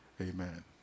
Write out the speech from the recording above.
Amen